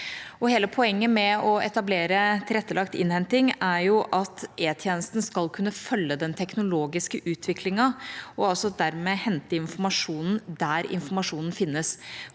poenget med å etablere tilrettelagt innhenting er at E-tjenesten skal kunne følge den teknologiske utviklingen og dermed hente informasjonen der informasjonen finnes.